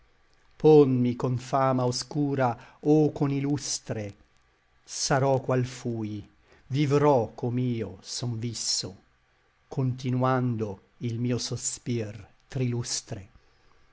ponmi con fama oscura o con ilustre sarò qual fui vivrò com'io son visso continando il mio sospir trilustre